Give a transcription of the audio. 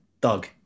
Doug